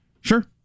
Sure